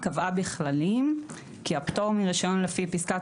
קבעה בכללים כי הפטור מרישיון לפי פסקת